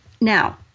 Now